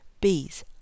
bees